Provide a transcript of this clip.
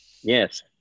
Yes